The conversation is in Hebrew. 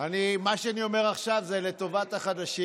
מה שאני אומר עכשיו זה לטובת החדשים